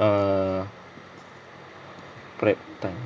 uh grab time